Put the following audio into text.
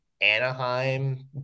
Anaheim